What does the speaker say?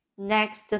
Next